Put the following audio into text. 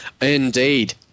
Indeed